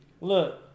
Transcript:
look